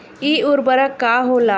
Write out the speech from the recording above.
इ उर्वरक का होला?